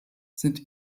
sind